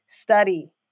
study